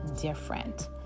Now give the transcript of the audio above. different